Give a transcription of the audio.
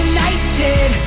United